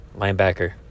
Linebacker